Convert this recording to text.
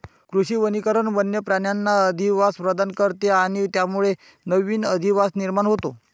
कृषी वनीकरण वन्य प्राण्यांना अधिवास प्रदान करते आणि त्यामुळे नवीन अधिवास निर्माण होतो